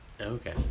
Okay